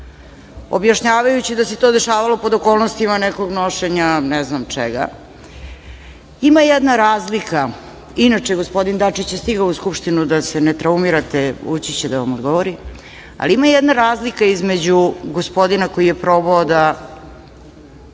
Kosova. Objašnjavajući da se to dešavalo po okolnostima nekog nošenja, ne znam čega, ima jedna razlika. Inače, gospodin Dačić je stigao u Skupštinu da se ne traumirate ući će da vam odgovori, ali ima jedna razlika između gospodina koji je probao da